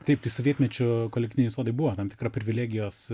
taip tai sovietmečiu kolektyviniai sodai buvo tam tikra privilegijos